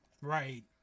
right